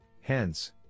hence